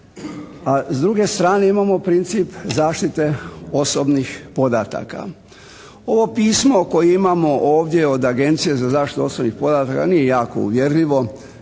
s druge strane imamo princip zaštite osobnih podataka. ovo pismo koje imamo ovdje od Agencije za zaštitu osobnih podataka nije jako uvjerljivo